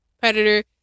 Predator